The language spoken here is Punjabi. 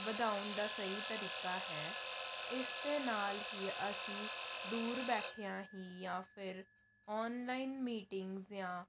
ਵਧਾਉਣ ਦਾ ਸਹੀ ਤਰੀਕਾ ਹੈ ਇਸ ਦੇ ਨਾਲ ਹੀ ਅਸੀਂ ਦੂਰ ਬੈਠਿਆਂ ਹੀ ਜਾਂ ਫਿਰ ਔਨਲਾਈਨ ਮੀਟਿੰਗਸ ਜਾਂ